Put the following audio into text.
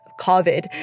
COVID